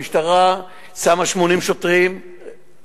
המשטרה שמה 80 שוטרים,